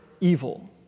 evil